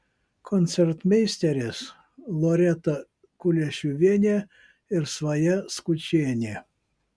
koncertmeisterės loreta kuliešiuvienė ir svaja skučienė